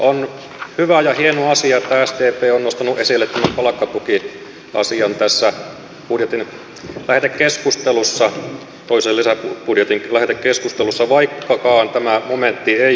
on hyvä ja hieno asia että sdp on nostanut esille tämän palkkatukiasian tässä toisen lisäbudjetin lähetekeskustelussa vaikkakaan tämä momentti ei ole auki tässä